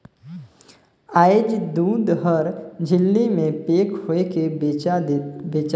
आयज दूद हर झिल्ली में पेक होयके बेचा थे